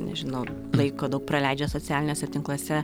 nežinau laiko daug praleidžia socialiniuose tinkluose